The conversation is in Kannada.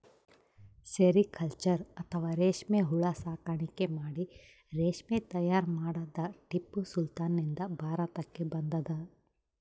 ಸೆರಿಕಲ್ಚರ್ ಅಥವಾ ರೇಶ್ಮಿ ಹುಳ ಸಾಕಾಣಿಕೆ ಮಾಡಿ ರೇಶ್ಮಿ ತೈಯಾರ್ ಮಾಡದ್ದ್ ಟಿಪ್ಪು ಸುಲ್ತಾನ್ ನಿಂದ್ ಭಾರತಕ್ಕ್ ಬಂದದ್